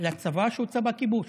לצבא שהוא צבא כיבוש.